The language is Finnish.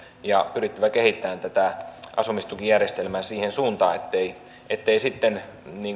ja pyrittävä kehittämään tätä asumistukijärjestelmää siihen suuntaan etteivät etteivät sitten